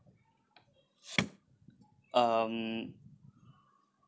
um